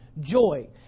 joy